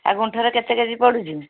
ଆଉ ଗୁଣ୍ଠରେ କେତେ କେଜି ପଡ଼ୁଛି